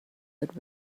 that